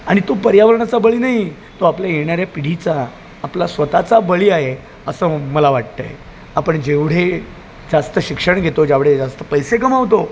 आणि तो पर्यावरणाचा बळी नाही आहे तो आपल्या येणाऱ्या पिढीचा आपला स्वत चा बळी आहे असं मला वाटत आहे आपण जेवढे जास्त शिक्षण घेतो जेवढे जास्त पैसे कमावतो